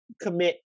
commit